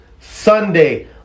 Sunday